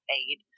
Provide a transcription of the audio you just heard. aid